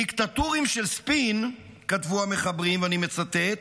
דיקטטורים של ספין, כתבו המחברים, ואני מצטט,